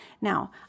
Now